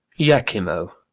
iachimo,